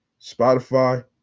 Spotify